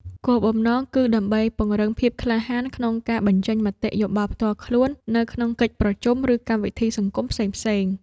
គោលបំណងគឺដើម្បីពង្រឹងភាពក្លាហានក្នុងការបញ្ចេញមតិយោបល់ផ្ទាល់ខ្លួន នៅក្នុងកិច្ចប្រជុំ ឬកម្មវិធីសង្គមផ្សេងៗ។